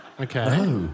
Okay